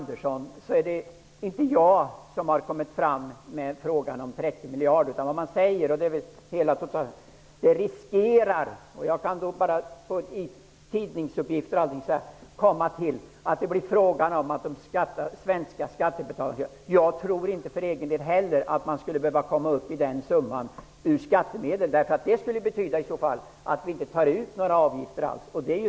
Det är inte jag som har kommit fram till 30 miljarder, Georg Andersson. Det man säger i tidningsuppgifter är att det finns risk för att det kan bli fråga om det beloppet för de svenska skattebetalarna. Jag tror heller inte för egen del att man skulle behöva komma upp i den summan i skattemedel. Det skulle i så fall betyda att det inte tas ut några avgifter alls.